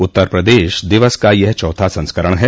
उत्तर प्रदेश दिवस का यह चौथा संस्करण है